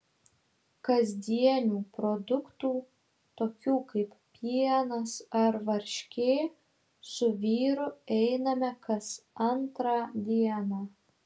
kasdienių produktų tokių kaip pienas ar varškė su vyru einame kas antrą dieną